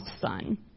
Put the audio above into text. son